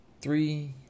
Three